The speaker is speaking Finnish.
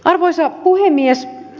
arvoisa puhemies